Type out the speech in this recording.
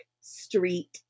Street